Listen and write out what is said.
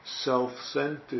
self-centered